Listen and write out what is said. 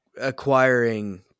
acquiring